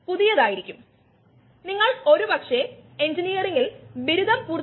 വ്യവസായത്തിലും ഭക്ഷ്യ വ്യവസായത്തിലും പാനീയ വ്യവസായത്തിലും ഇത് വളരെയധികം ഉപയോഗിക്കുന്നു